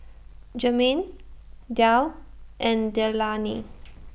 Jermain Darl and Leilani